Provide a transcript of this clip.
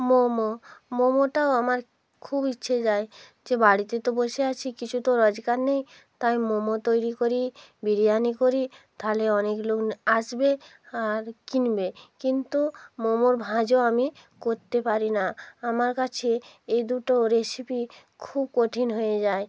মোমো মোমোটাও আমার খুব ইচ্ছে যায় যে বাড়িতে তো বসে আছি কিছু তো রোজগার নেই তাই মোমো তৈরি করি বিরিয়ানি করি তাহলে অনেক লোক আসবে আর কিনবে কিন্তু মোমোর ভাঁজও আমি করতে পারি না আমার কাছে এ দুটো রেসিপি খুব কঠিন হয়ে যায়